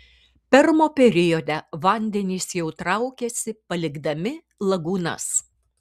permo periode vandenys jau traukiasi palikdami lagūnas